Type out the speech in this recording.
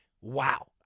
Wow